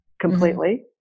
completely